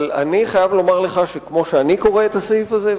אבל כמו שאני קורא את הסעיף הזה,